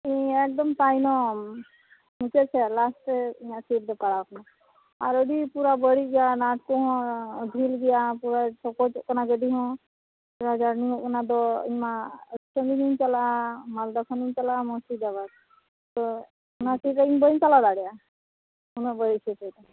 ᱮᱠᱫᱚᱢ ᱛᱟᱭᱱᱚᱢ ᱢᱩᱪᱟᱹᱫ ᱥᱮᱫ ᱞᱟᱥᱴᱮ ᱤᱧᱟ ᱜ ᱥᱤᱴ ᱫᱚ ᱯᱟᱲᱟᱣ ᱟᱠᱟᱱᱟ ᱟᱨ ᱟᱹᱰᱤ ᱯᱩᱨᱟᱹ ᱵᱟᱹᱲᱤᱡ ᱜᱮᱭᱟ ᱱᱟᱴ ᱠᱚᱦᱚᱸ ᱰᱷᱤᱞ ᱜᱮᱭᱟ ᱛᱷᱚᱲᱟ ᱥᱚᱠᱚᱡᱚᱜ ᱠᱟᱱᱟ ᱜᱟᱹᱰᱤ ᱦᱚᱸ ᱛᱷᱚᱲᱟ ᱡᱟᱨᱱᱤᱝᱚᱜ ᱠᱟᱱᱟ ᱫᱚ ᱤᱧ ᱢᱟ ᱟᱹᱰᱤ ᱥᱟᱺᱜᱤᱧᱤᱧ ᱪᱟᱞᱟᱜᱼᱟ ᱢᱟᱞᱫᱟ ᱠᱷᱚᱱᱤᱧ ᱪᱟᱞᱟᱜᱼᱟ ᱢᱩᱨᱥᱤᱫᱟᱵᱟᱫᱽ ᱛᱚ ᱚᱱᱟ ᱥᱤᱴ ᱨᱮ ᱤᱧ ᱵᱟᱹᱧ ᱪᱟᱞᱟᱣ ᱫᱟᱲᱮᱭᱟᱜᱼᱟ ᱩᱱᱟᱹᱜ ᱵᱟᱹᱲᱤᱡ ᱥᱤᱴ ᱨᱮᱫᱚ